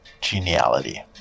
geniality